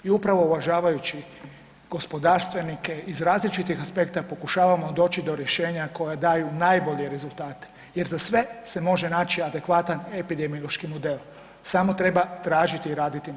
I upravo uvažavajući gospodarstvenike iz različitih aspekta pokušavamo doći do rješenja koja daju najbolje rezultate jer za sve se može naći adekvatan epidemiološki model, samo treba tražiti i raditi na